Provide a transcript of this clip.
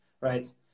right